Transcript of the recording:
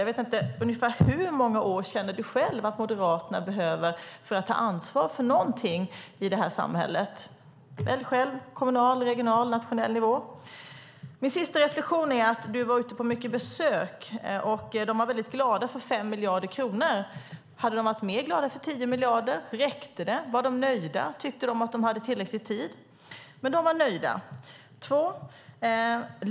Jag vet inte: Ungefär hur många år känner du själv att Moderaterna behöver för att ta ansvar för någonting i det här samhället? Välj själv: kommunal, regional eller nationell nivå. Min sista reflexion är att du har varit ute på många besök och att de var väldigt glada för 5 miljarder kronor. Hade de varit mer glada för 10 miljarder? Räckte det? Var de nöjda? Tyckte de att de hade tillräcklig tid? Men de var nöjda.